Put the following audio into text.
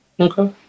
Okay